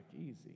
easy